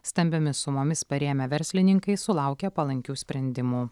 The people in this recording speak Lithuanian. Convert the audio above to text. stambiomis sumomis parėmę verslininkai sulaukė palankių sprendimų